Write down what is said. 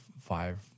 five